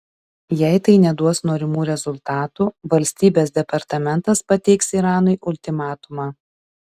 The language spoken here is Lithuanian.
jei tai neduos norimų rezultatų valstybės departamentas pateiks iranui ultimatumą